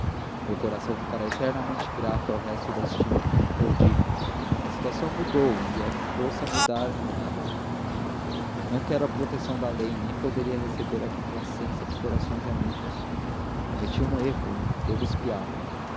meu coração ficará eternamente grato ao resto de estima que não perdi a situação mudou e força é mudar com ela não quero a proteção da lei nem poderia receber a complacência de corações amigos cometi um erro e devo